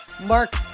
Mark